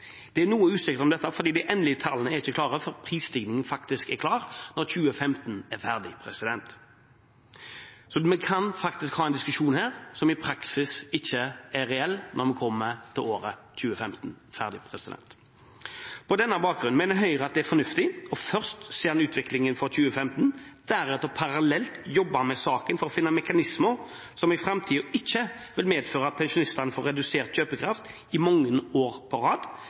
Det er noe usikkerhet om dette fordi de endelige tallene ikke er klare før prisstigningen er klar når 2015 er ferdig. Så vi kan faktisk ha en diskusjon her som i praksis ikke er reell når vi kommer til slutten av året 2015. På denne bakgrunn mener Høyre at det er fornuftig først å se an utviklingen for 2015 og deretter parallelt jobbe med saken for å finne mekanismer som i framtiden ikke vil medføre at pensjonistene får redusert kjøpekraft i mange år på rad